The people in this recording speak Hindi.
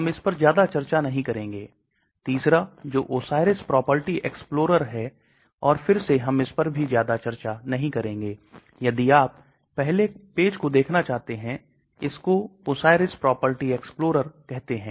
यदि पारगम्यता बहुत खराब है जैसा कि मैंने उल्लेख किया है कि दवा को घुलनशील किया जा सकता है लेकिन अगर यह membrane के माध्यम से नहीं मिल रहा है तो यह उत्सर्जित हो सकता है तो यह समस्या है इसलिए बायोअवेलेबिलिटी खराब हो सकती है